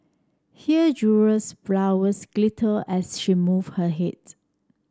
here jewels flowers glittered as she moved her heads